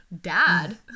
Dad